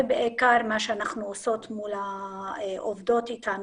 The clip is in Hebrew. בעיקר מה שאנחנו עושות מול העובדות איתנו,